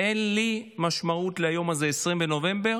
אין לי משמעות ליום הזה, 20 בנובמבר,